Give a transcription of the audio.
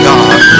God